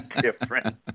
different